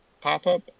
pop-up